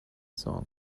song